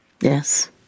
Yes